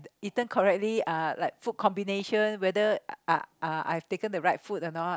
eaten correctly uh like food combination whether uh I I've taken the right food or not